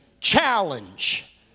challenge